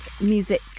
music